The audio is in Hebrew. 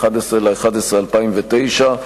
11 בנובמבר 2009,